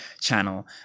channel